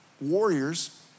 warriors